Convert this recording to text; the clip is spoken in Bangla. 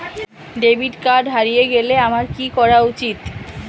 ডেবিট কার্ড হারিয়ে গেলে আমার কি করা উচিৎ?